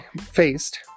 faced